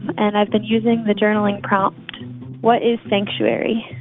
and i've been using the journaling prompt what is sanctuary,